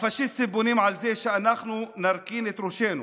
הפשיסטים בונים על זה שאנחנו נרכין את ראשנו